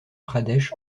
pradesh